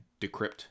decrypt